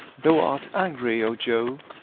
thou art angry, o jove!